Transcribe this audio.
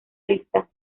lista